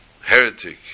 heretic